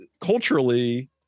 Culturally